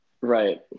right